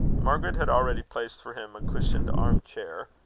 margaret had already placed for him a cushioned arm-chair,